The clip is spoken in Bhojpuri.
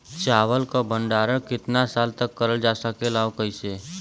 चावल क भण्डारण कितना साल तक करल जा सकेला और कइसे?